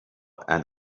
and